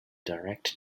direct